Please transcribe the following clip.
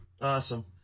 Awesome